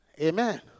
amen